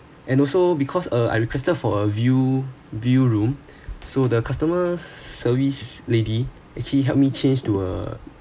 and also because uh I requested for a view view room so the customer service lady actually help me change to a